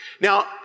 Now